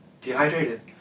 dehydrated